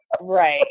Right